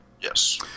Yes